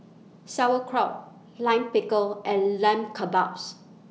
Sauerkraut Lime Pickle and Lamb Kebabs